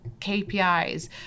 KPIs